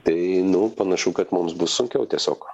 tai panašu kad mums bus sunkiau tiesiog